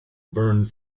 burned